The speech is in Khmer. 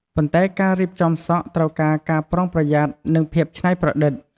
ប៉ុន្តែការរៀបចំសក់ត្រូវការការប្រុងប្រយ័ត្ននិងភាពច្នៃប្រឌិត។